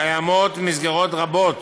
קיימות מסגרות רבות